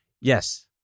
Yes